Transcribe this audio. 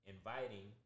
inviting